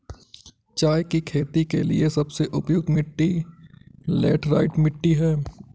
चाय की खेती के लिए सबसे उपयुक्त मिट्टी लैटराइट मिट्टी है